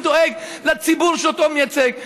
ודואג לציבור שאותו הוא מייצג.